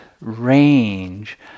range